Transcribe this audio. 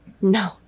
No